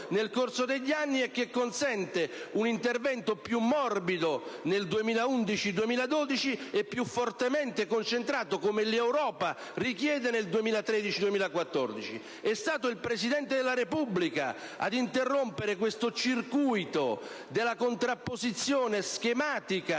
nel corso degli anni, il che consente un intervento più morbido nel 2011-2012 e più fortemente concentrato, come l'Europa richiede, nel 2013-2014. È stato il Presidente della Repubblica a interrompere questo circuito della contrapposizione schematica